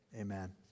Amen